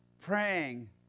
praying